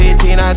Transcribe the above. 15